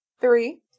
Three